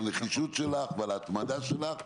על הנחישות שלך ועל ההתמדה שלך.